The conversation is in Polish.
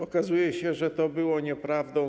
Okazuje się, że to było nieprawdą.